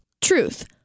Truth